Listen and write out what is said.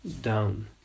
down